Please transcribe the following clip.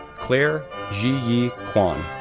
claire zhi yi quan,